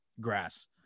grass